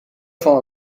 van